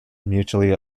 mutually